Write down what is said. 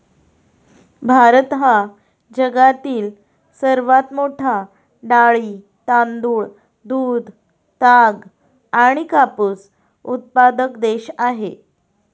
भारत हा जगातील सर्वात मोठा डाळी, तांदूळ, दूध, ताग आणि कापूस उत्पादक देश आहे